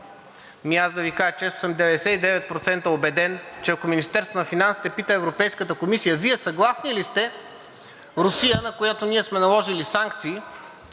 Фонда. Да Ви кажа честно, аз съм 99% убеден, че ако Министерството на финансите пита Европейската комисия: „Вие съгласни ли сте Русия, на която ние сме наложили санкции,